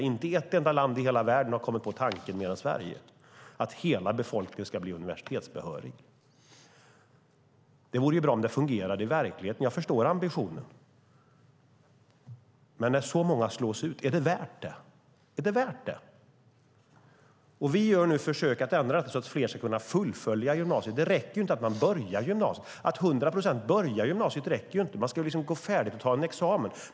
Men inte ett enda land mer än Sverige har kommit på tanken att hela befolkningen ska bli universitetsbehörig. Det vore bra om det fungerade i verkligheten. Jag förstår ambitionen. Men är det värt det när så många slås ut? Vi gör nu försök att ändra så att fler ska kunna fullfölja gymnasiet. Det räcker inte med att 100 procent av ungdomarna börjar gymnasiet. De ska gå färdigt och ta en examen.